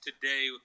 today